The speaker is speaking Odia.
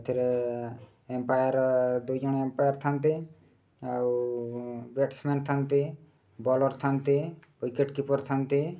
ସେଥିରେ ଅମ୍ପାୟାର୍ ଦୁଇଜଣ ଅମ୍ପାୟାର୍ ଥାନ୍ତି ଆଉ ବ୍ୟାଟସ୍ମ୍ୟାନ୍ ଥାଆନ୍ତି ବଲର୍ ଥାନ୍ତି ୱିକେଟ୍ କିପର୍ ଥାନ୍ତି